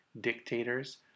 dictators